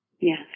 Yes